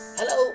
Hello